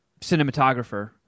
cinematographer